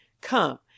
Come